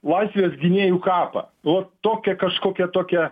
laisvės gynėjų kapą vo tokia kažkokia tokia